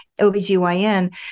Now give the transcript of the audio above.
OBGYN